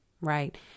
right